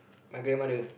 my grandmother